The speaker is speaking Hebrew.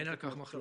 אין על כך מחלוקת.